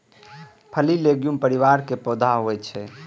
फली लैग्यूम परिवार के पौधा होइ छै